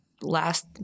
last